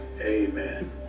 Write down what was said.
Amen